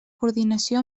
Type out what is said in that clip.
coordinació